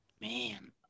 Man